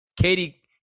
Katie